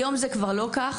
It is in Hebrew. היום זה כבר לא כך.